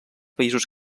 països